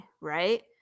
right